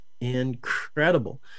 incredible